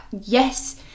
Yes